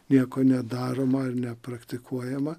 nieko nedaroma ar nepraktikuojama